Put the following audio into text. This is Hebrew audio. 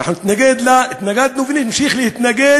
אנחנו נתנגד לה, התנגדנו ונמשיך להתנגד